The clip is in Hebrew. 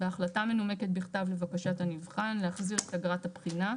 "בהחלטה מנומקת בכתב לבקשת הנבחן להחזיר את אגרת הבחינה,